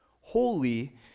holy